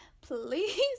please